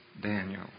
Daniel